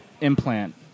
implant